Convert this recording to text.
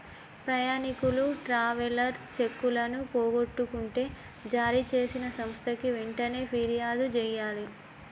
ప్రయాణీకులు ట్రావెలర్స్ చెక్కులను పోగొట్టుకుంటే జారీచేసిన సంస్థకి వెంటనే పిర్యాదు జెయ్యాలే